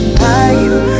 life